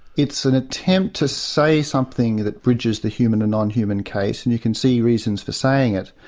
it's an attempt to say something that bridges the human and non-human case and you can see reasons for saying it.